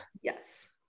Yes